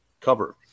cover